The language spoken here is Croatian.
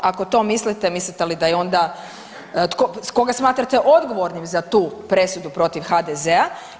Ako to mislite, mislite li da je onda, koga smatrate odgovornim za tu presudu protiv HDZ-a?